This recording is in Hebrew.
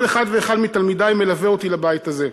כל אחד ואחד מתלמידי מלווה אותי לבית הזה.